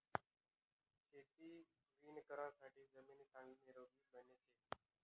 शेती वणीकरणासाठे जमीन चांगली निरोगी बनेल शे